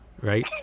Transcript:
right